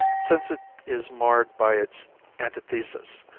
since it is marred by its antithesis,